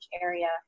area